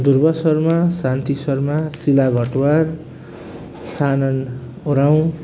Durga Sharma Shanti Sharma Sheela Bhattarai Sanan Uraon